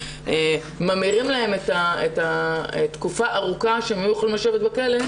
התקופה הארוכה שהם יכלו לשבת בכלא,